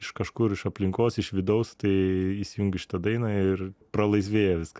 iš kažkur iš aplinkos iš vidaus tai įsijungiu šitą dainą ir pralaizvėja viskas